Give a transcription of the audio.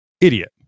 Idiot